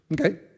Okay